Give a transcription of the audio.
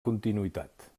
continuïtat